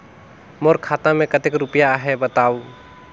मोर खाता मे कतेक रुपिया आहे बताव?